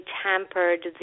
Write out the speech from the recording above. tampered